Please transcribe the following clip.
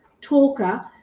talker